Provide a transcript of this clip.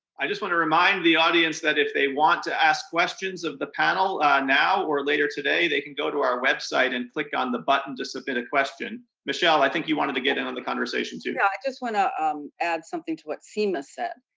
i just want to remind the audience that if they want to ask questions of the panel now or later today, they can go to our website and click on the button to submit a question. michelle, i think you wanted to get in on the conversation, too. i just want to add something to what seema said.